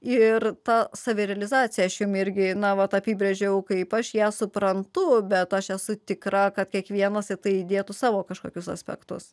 ir ta savirealizacija aš jums irgi na vat apibrėžiau kaip aš ją suprantu bet aš esu tikra kad kiekvienas į tai įdėtų savo kažkokius aspektus